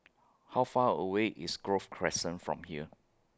How Far away IS Grove Crescent from here